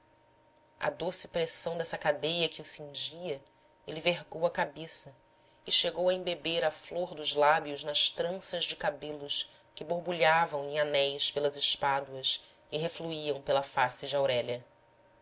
à doce pressão dessa cadeia que o cingia ele vergou a cabeça e chegou a embeber a flor dos lábios nas tranças de cabelos que borbulhavam em anéis pelas espáduas e refluíam pela face de aurélia